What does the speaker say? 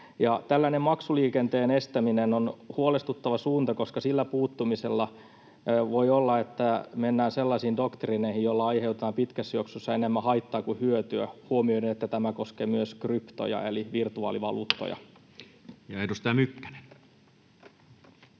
Tällainen maksuliikenteen estäminen on huolestuttava suunta, koska voi olla, että sillä puuttumisella mennään sellaisiin doktriineihin, joilla aiheutetaan pitkässä juoksussa enemmän haittaa kuin hyötyä, huomioiden että tämä koskee myös kryptoja eli virtuaalivaluuttoja. [Jukka